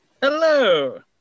Hello